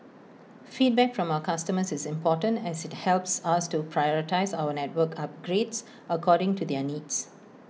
feedback from our customers is important as IT helps us to prioritise our network upgrades according to their needs